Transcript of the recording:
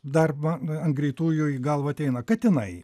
dar va ant greitųjų į galvą ateina katinai